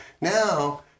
Now